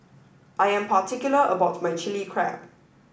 I am particular about my Chili Crab